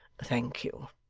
thank you.